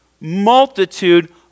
multitude